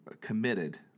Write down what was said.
committed